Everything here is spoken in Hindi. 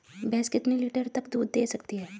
भैंस कितने लीटर तक दूध दे सकती है?